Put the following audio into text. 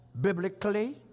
biblically